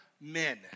men